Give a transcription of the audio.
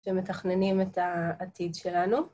שמתכננים את העתיד שלנו.